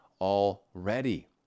already